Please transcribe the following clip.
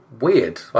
weird